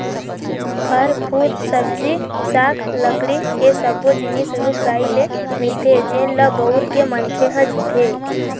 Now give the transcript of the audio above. फर, फूल, सब्जी साग, लकड़ी ए सब्बो जिनिस रूख राई ले मिलथे जेन ल बउर के मनखे ह जीथे